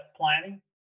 planning